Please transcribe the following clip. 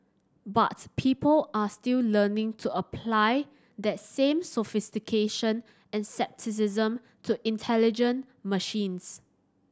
but people are still learning to apply that same sophistication and scepticism to intelligent machines